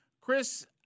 Chris